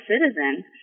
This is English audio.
citizen